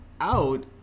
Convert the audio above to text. out